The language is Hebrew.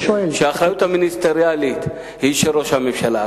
שהאחריות המיניסטריאלית היא של ראש הממשלה.